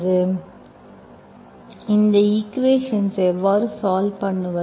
இந்த ஈக்குவேஷன் எவ்வாறு சால்வ் பண்ணுவது